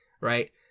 right